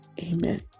Amen